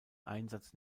einsatz